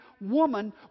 woman